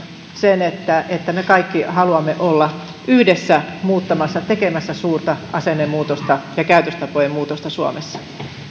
sen että että me haluamme kaikki olla yhdessä muuttamassa ja tekemässä suurta asennemuutosta ja käytöstapojen muutosta suomessa